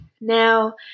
Now